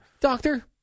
Doctor